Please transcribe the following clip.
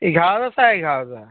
এঘাৰ চাৰে এঘাৰ হাজাৰ